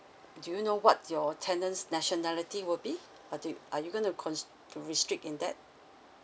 do you know what's your tenant's nationality will be or do you are you going to cons~ to restrict in that